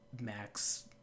max